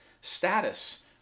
status